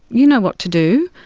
you know what to do.